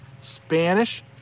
Spanish